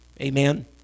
Amen